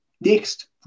Next